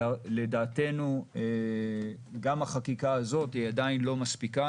לדעתנו גם החקיקה הזאת עדיין לא מספיקה.